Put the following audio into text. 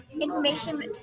information